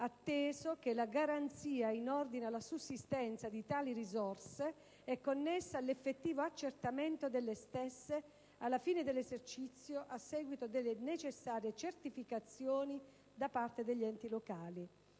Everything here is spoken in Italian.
atteso che la garanzia in ordine alla sussistenza di tali risorse è connessa all'effettivo accertamento delle stesse alla fine dell'esercizio a seguito delle necessarie certificazioni da parte degli enti locali;